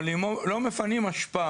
אבל אם הם לא מפנים אשפה,